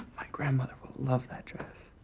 my grandmother will love that dress.